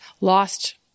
lost